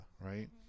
right